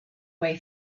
way